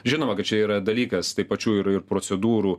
žinoma kad čia yra dalykas tai pačių ir ir procedūrų